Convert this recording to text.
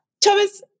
Thomas